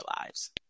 lives